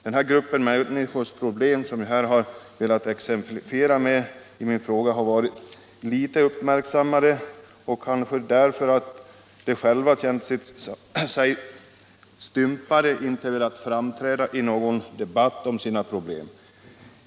Denna grupps problem, som jag här har velat exemplifiera med min fråga, har varit föga uppmärksammade, kanske därför att de själva känt sig stympade och därför inte velat framträda i någon debatt om sina problem.